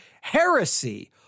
heresy